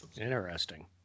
Interesting